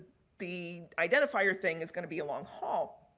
the identifier thing is going to be a long haul.